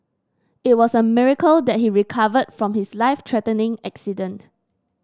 it was a miracle that he recovered from his life threatening accident